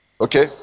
Okay